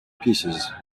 pieces